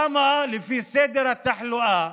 למה, לפי סדר התחלואה,